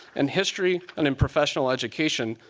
in history and and professional education,